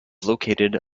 located